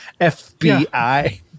FBI